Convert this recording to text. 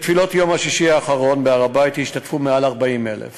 בתפילות יום השישי האחרון בהר-הבית השתתפו מעל 40,000